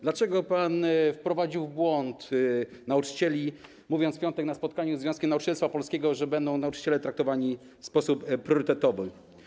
Dlaczego pan wprowadził w błąd nauczycieli, mówiąc w piątek na spotkaniu z Związkiem Nauczycielstwa Polskiego, że nauczyciele będą traktowani w sposób priorytetowy?